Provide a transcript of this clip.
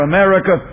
America